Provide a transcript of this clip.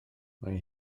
mae